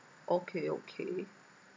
okay okay